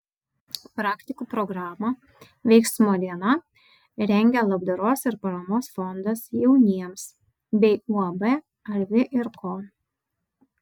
praktikų programą veiksmo diena rengia labdaros ir paramos fondas jauniems bei uab arvi ir ko